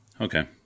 Okay